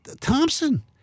Thompson